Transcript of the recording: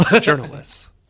journalists